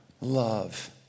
love